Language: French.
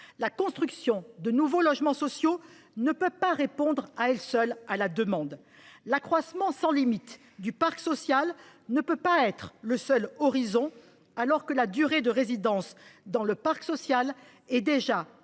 La construction de nouveaux logements sociaux ne peut pas répondre à elle seule à la demande. L’accroissement sans limite du parc social ne peut pas être le seul horizon, alors que la durée de résidence dans le parc social est déjà